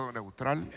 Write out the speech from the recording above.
neutral